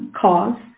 cause